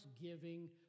giving